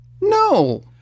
No